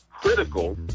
critical